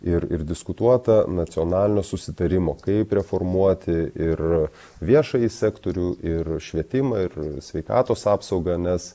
ir ir diskutuota nacionalinio susitarimo kaip reformuoti ir viešąjį sektorių ir švietimą ir sveikatos apsaugą nes